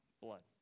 blood